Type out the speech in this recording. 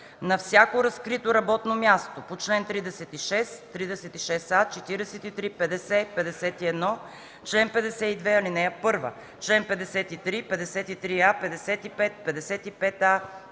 На всяко разкрито работно място по чл. 36, 36а, 43, 50, 51, чл. 52, ал. 1, чл. 53, 53а, 55, 55а,